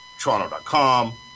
Toronto.com